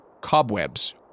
cobwebs